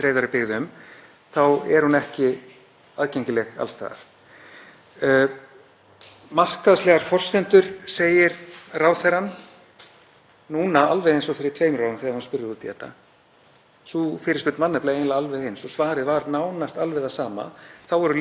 núna, alveg eins og fyrir tveimur árum þegar hann var spurður út í þetta. Sú fyrirspurn var nefnilega eiginlega alveg eins og svarið var nánast alveg það sama. Þá voru líka fjögur fyrirtæki sem sinntu þjónustunni með tvær færanlegar skoðunarstofur, en þá sagðist ráðherrann ætla að skoða hvort hægt væri að gera eitthvað til að tryggja lágmarksþjónustu. Það var hans lokasvar,